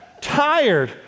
Tired